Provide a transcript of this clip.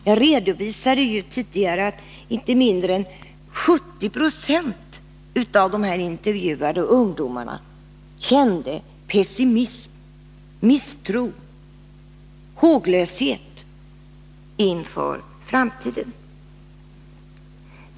Jag redovisade tidigare att inte mindre än 70 90 av de intervjuade ungdomarna kände pessimism, misstro och håglöshet inför framtiden.